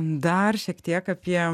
dar šiek tiek apie